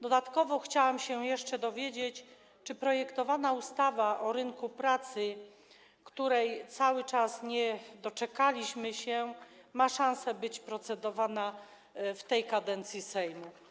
Dodatkowo chciałabym się dowiedzieć, czy projektowana ustawa o rynku pracy, której cały czas nie doczekaliśmy się, ma szanse być procedowana w tej kadencji Sejmu.